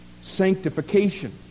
sanctification